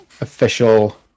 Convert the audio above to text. official